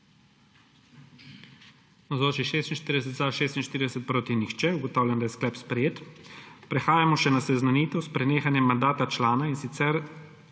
glasovalo 46.) (Proti nihče.) Ugotavljam, da je sklep sprejet. Prehajamo še na seznanitev s prenehanjem mandata člana, in sicer